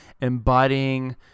embodying